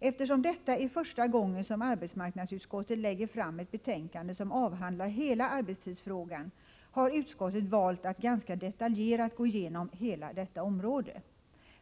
Eftersom detta är första gången som arbetsmarknadsutskottet lägger fram ett betänkande som avhandlar hela arbetstidsfrågan har utskottet valt att ganska detaljerat gå igenom hela arbetstidsområdet.